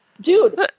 dude